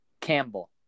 Campbell